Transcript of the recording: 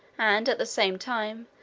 and, at the same time,